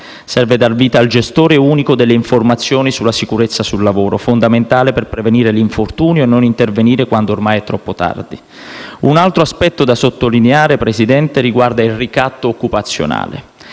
Serve dar vita al gestore unico delle informazioni sulla sicurezza sul lavoro, fondamentale per prevenire l'infortunio e non intervenire quando ormai è troppo tardi. Un altro aspetto da sottolineare, Presidente, riguarda il ricatto occupazionale: